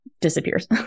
disappears